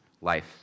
life